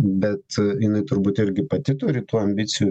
bet jinai turbūt irgi pati turi tų ambicijų